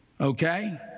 okay